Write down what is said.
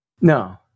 No